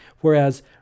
whereas